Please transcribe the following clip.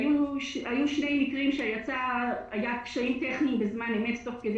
היו שני מקרים שבהם היו קשיים טכניים בזמן אמת תוך כדי